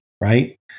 Right